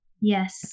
yes